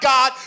God